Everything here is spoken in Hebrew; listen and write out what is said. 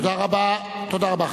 תודה רבה, תודה רבה.